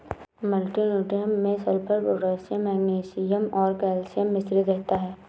multi nutrients में sulphur, potassium magnesium और calcium मिश्रित रहता है